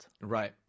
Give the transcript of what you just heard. right